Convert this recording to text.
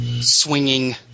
swinging